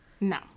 No